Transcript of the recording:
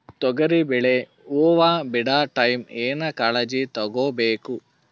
ತೊಗರಿಬೇಳೆ ಹೊವ ಬಿಡ ಟೈಮ್ ಏನ ಕಾಳಜಿ ತಗೋಬೇಕು?